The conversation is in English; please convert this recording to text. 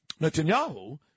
Netanyahu